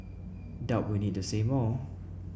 doubt we need to say more